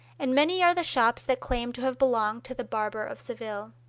and many are the shops that claim to have belonged to the barber of seville.